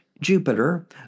Jupiter